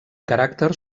caràcter